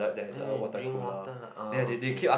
um you drink water lah orh okay